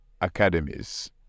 academies